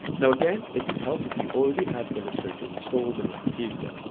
now again it would help if you already have illustrator installed on your computer,